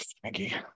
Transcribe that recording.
Frankie